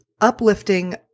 uplifting